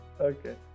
Okay